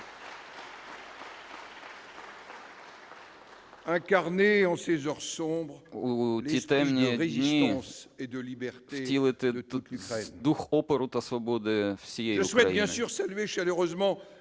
у ті темні дні втілив дух опору та свободи всієї України.